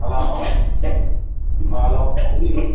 hello hello ꯍꯥꯏꯕꯤꯌꯨ